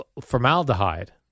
formaldehyde